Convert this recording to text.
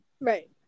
Right